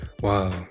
Wow